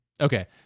okay